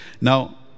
Now